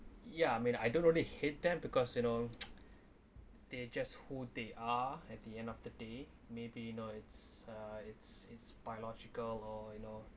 ya mean I don't really hate them because you know they just who they are at the end of the day maybe you know it's uh it's it's biological law you know